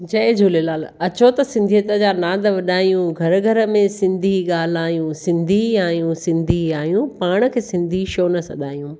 जय झूलेलाल अचो त सिंधियत जा नांद वॾायूं घर घर में सिंधी ॻाल्हायूं सिंधी आहियूं सिंधी आहियूं पाण खे सिंधी छो न सॾायूं